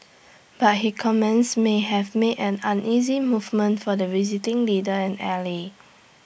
but his comments may have made an uneasy movement for the visiting leader and ally